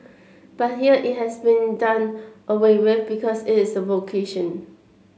but here it has been done away with because it is a vocation